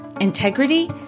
integrity